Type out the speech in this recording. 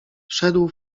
wszedł